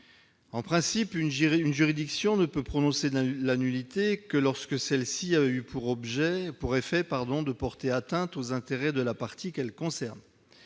en principe, une juridiction ne peut prononcer la nullité que lorsque celle-ci a eu pour effet de porter atteinte aux intérêts de la partie qu'elle concerne.